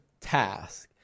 task